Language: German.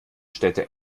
städte